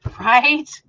Right